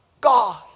God